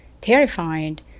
terrified